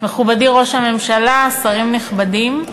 מכובדי ראש הממשלה, שרים נכבדים,